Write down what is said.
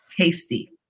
tasty